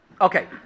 Okay